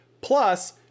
plus